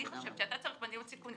אני חושבת שאתה צריך על ניוד סיכונים